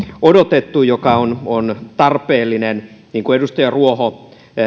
odotettu joka on on tarpeellinen niin kuin edustaja ruoho